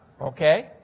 okay